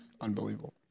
Unbelievable